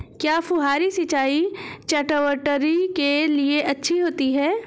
क्या फुहारी सिंचाई चटवटरी के लिए अच्छी होती है?